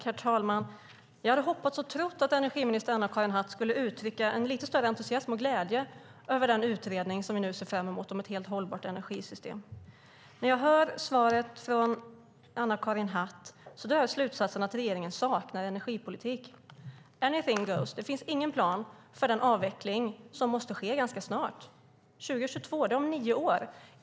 Herr talman! Jag hade hoppats och trott att energiminister Anna-Karin Hatt skulle uttrycka en lite större entusiasm och glädje över den utredning om ett helt hållbart energisystem vi nu ser fram emot. När jag nu hör svaret från Anna-Karin Hatt drar jag slutsatsen att regeringen saknar energipolitik. Anything goes; det finns ingen plan för den avveckling som måste ske ganska snart - 2022. Det är om nio år.